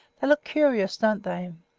they look curious, don't they?